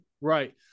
Right